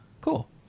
Cool